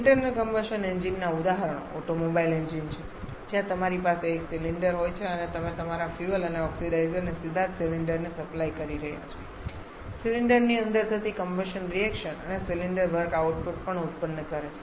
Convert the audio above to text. internal combustion engine ના ઉદાહરણો automobile engine છે જ્યાં તમારી પાસે એક સિલિન્ડર હોય છે અને તમે તમારા ફ્યુઅલ અને ઓક્સિડાઇઝર ને સીધા જ સિલિન્ડરને સપ્લાય કરી રહ્યાં છો સિલિન્ડરની અંદર થતી કમ્બશન રિએક્શન્સ અને સિલિન્ડર વર્ક આઉટપુટ પણ ઉત્પન્ન કરે છે